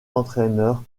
entraineur